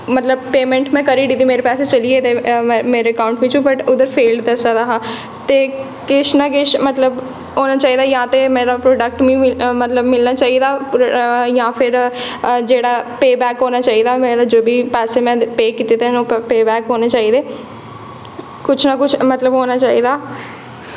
मतलब पेमेंट में करी ओड़ी मेरे पैसे चली गेदे मेरे अकाउंट बिच्चूं बट उद्धर फेल दस्सा दा हा ते किश ना किश मतलब होना चाहिदा जां ते मेरा प्रोडेक्ट मि मतलब मिलना चाहिदा जां फिर जेह्ड़ा पे बैक होना चाहिदा मेरा जो बी पैसे में पेऽ कीते दे न ओह् पे बैक होने चाहिदे कुछ ना कुछ मतलब होना चाहिदा